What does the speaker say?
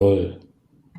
nan